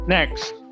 Next